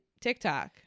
tiktok